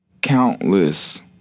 countless